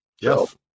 Yes